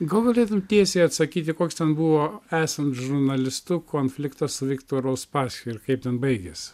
gal galėtum tiesiai atsakyti koks ten buvo esant žurnalistu konfliktas su viktoru uspaskich ir kaip ten baigias